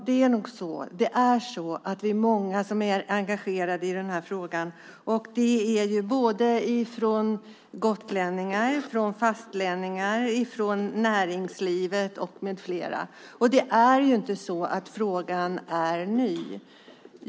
Herr talman! Vi är många som är engagerade i den här frågan, både bland gotlänningar och fastlänningar, från näringslivet med flera. Det är ju inte så att frågan är ny.